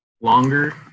longer